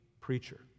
preacher